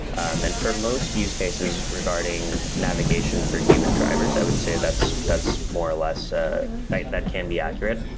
um and for most use cases regarding navigation for human drivers, i would say that's that's more or less ah that that can be accurate.